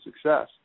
success